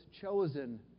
chosen